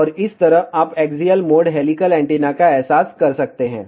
और इस तरह आप एक्सियल मोड हेलिकल एंटीना का एहसास कर सकते हैं